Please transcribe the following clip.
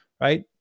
right